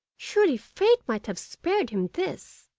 surely fate might have spared him this!